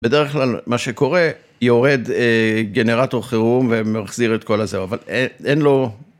בדרך כלל, מה שקורה, יורד גנרטור חירום ומחזיר את כל הזה, אבל אין לו...